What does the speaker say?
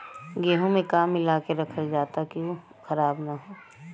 गेहूँ में का मिलाके रखल जाता कि उ खराब न हो?